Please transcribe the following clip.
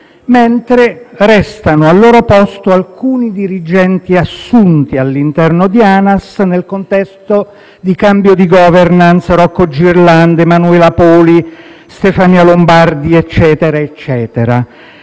mentre restano al loro posto alcuni dirigenti assunti all'interno di ANAS, nel contesto di cambio di *governance*, quali Rocco Girlanda, Emanuela Poli, Stefania Lombardi e altri.